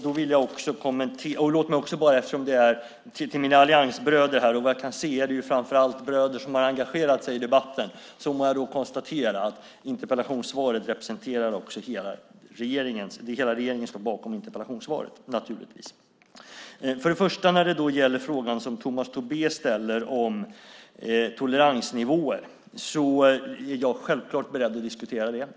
Låt mig också säga något till mina alliansbröder här - vad jag kan se är det framför allt bröder som har engagerat sig i debatten. Jag må då konstatera att interpellationssvaret representerar hela regeringen. Hela regeringen står naturligtvis bakom interpellationssvaret. Tomas Tobé ställer en fråga om toleransnivåer. Jag är självklart beredd att diskutera det.